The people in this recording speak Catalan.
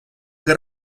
que